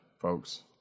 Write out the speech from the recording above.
folks